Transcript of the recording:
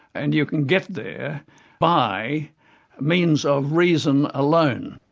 and you can get there by means of reason alone.